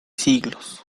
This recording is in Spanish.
siglos